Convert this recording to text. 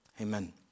Amen